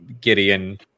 Gideon